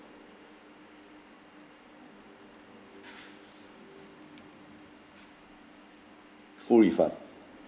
full refund